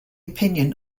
opinion